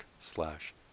slash